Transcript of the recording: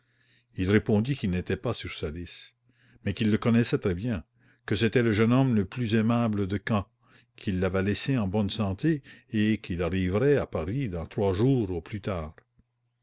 il répondit qu'il n'était pas sur sa liste mais qu'il le connaissait très-bien que c'était le jeune homme le plus aimable de caen qu'il l'avait laissé en bonne santé et qu'il arriverait à paris dans trois jours au plus tard